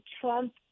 Trump